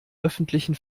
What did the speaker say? öffentlichen